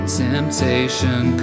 temptation